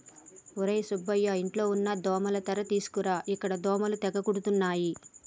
ఒర్రే సుబ్బయ్య ఇంట్లో ఉన్న దోమల తెర తీసుకురా ఇక్కడ దోమలు తెగ కుడుతున్నాయి